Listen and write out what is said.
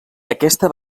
aquesta